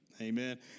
Amen